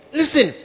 listen